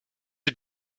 est